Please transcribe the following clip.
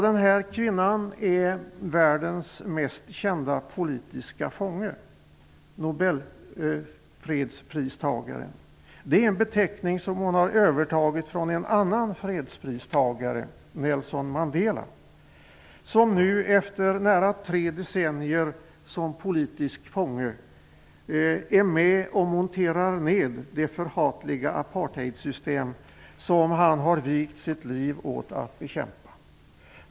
Den här kvinnan, nobelfredspristagare, är världens mest kända politiska fånge. Det är en benämning som hon har övertagit från en annan fredspristagare, Nelson Mandela, som nu efter nära tre decennier som politisk fånge är med om att montera ned det förhatliga apartheidsystem som han har vigt sitt liv åt att bekämpa.